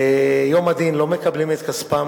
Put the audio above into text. ביום הדין לא מקבלים את כספם